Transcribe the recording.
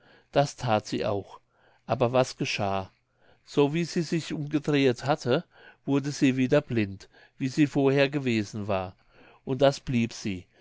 das that sie auch aber was geschah so wie sie sich umgedrehet hatte wurde sie wieder blind wie sie vorher gewesen war und das blieb sie